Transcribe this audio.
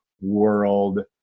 world